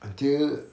until